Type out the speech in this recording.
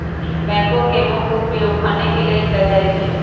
backhoe के मुख्य उपयोग खने के लेल कयल जाइ छइ